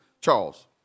Charles